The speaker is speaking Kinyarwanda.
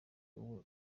wowe